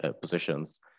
positions